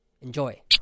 Enjoy